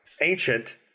ancient